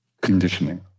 conditioning